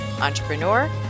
Entrepreneur